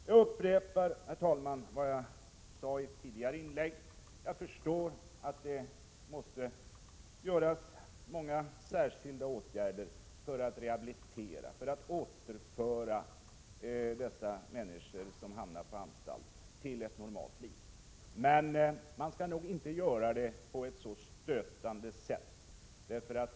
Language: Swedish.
Jag upprepar, herr talman, vad jag sade i ett tidigare inlägg, att många särskilda åtgärder måste vidtas för att rehabilitera människor som hamnar på anstalt till ett normalt liv. Men man skall nog inte göra det på ett så stötande sätt som nu har beskrivits.